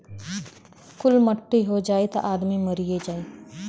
कुल मट्टी हो जाई त आदमी मरिए जाई